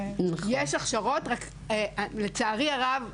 יש הכשרות רק לצערי הרב,